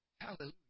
Hallelujah